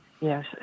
Yes